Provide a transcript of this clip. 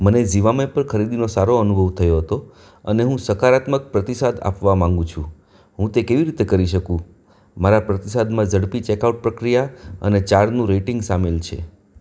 મને ઝિવામે પર ખરીદીનો સારો અનુભવ થયો હતો અને હું સકારાત્મક પ્રતિસાદ આપવા માંગુ છું હું તે કેવી રીતે કરી શકું મારા પ્રતિસાદમાં ઝડપી ચેકઆઉટ પ્રક્રિયા અને ચારનું રેટિંગ સામેલ છે